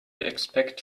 expect